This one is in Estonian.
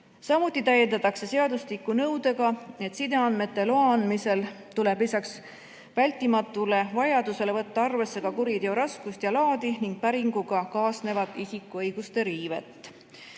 Samuti täiendatakse seadustikku nõudega, et sideandmete loa andmisel tuleb lisaks vältimatule vajadusele võtta arvesse ka kuriteo raskust ja laadi ning päringuga kaasnevat isikuõiguste riivet.